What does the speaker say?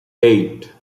eight